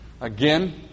Again